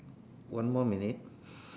one more minute